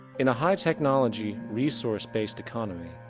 in a high technology, resourced based economy,